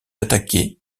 attaquée